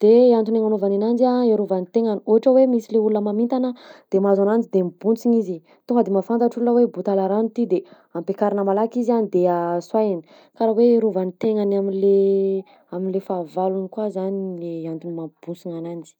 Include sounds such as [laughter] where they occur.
de antony agnanaovany ananjy a iarovany tegna, ohatra hoe misy le olona mamintana de mahazo ananjy de mibontsigna izy, tonga de mahafantatra olona hoe botala rano ty de ampiakarina malaky izy a de [hesitation] soahina, karaha hoe iarovan'ny tegnany am'le am'le fahavalony koa zany n- le antony mampimbonsigna ananjy.